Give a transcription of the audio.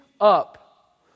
up